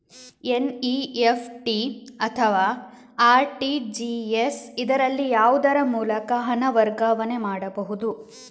NEFT ಅಥವಾ RTGS, ಇದರಲ್ಲಿ ಯಾವುದರ ಮೂಲಕ ಹಣ ವರ್ಗಾವಣೆ ಮಾಡಬಹುದು?